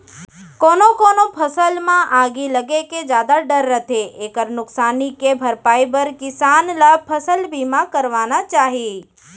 कोनो कोनो फसल म आगी लगे के जादा डर रथे एकर नुकसानी के भरपई बर किसान ल फसल बीमा करवाना चाही